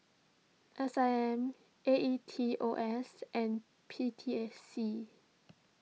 S I M A E T O S and P T S C